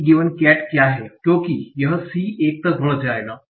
cat क्या है क्योंकि यह c 1 तक बढ़ जाएगा